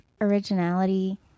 originality